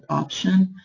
option,